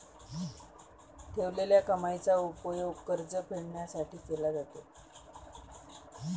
ठेवलेल्या कमाईचा उपयोग कर्ज फेडण्यासाठी केला जातो